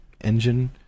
engine